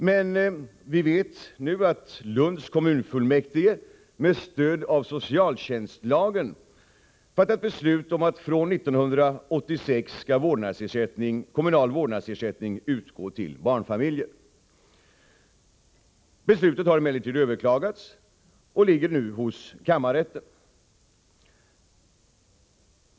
Men vi vet nu att Lunds kommunfullmäktige med stöd av socialtjänstlagen fattat beslut om att kommunal vårdnadsersättning från 1986 skall utgå till barnfamiljer. Beslutet har överklagats, och ärendet ligger nu hos kammarrätten.